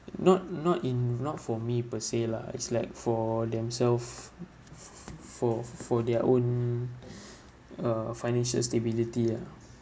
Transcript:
not not in not for me per se lah it's like for themselves for for their own uh financial stability ah